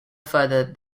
further